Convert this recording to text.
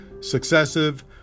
successive